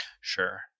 Sure